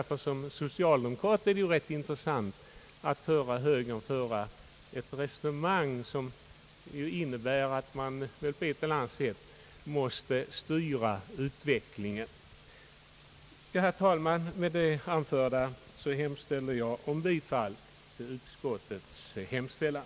För en socialdemokrat är det rätt intressant att höra högern föra ett resonemang som innebär att vi på ett eller annat sätt måste styra utvecklingen. Med det anförda hemställer jag, herr talman, om bifall till utskottets hemställan.